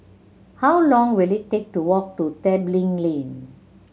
how long will it take to walk to Tebing Lane